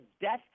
death